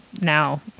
now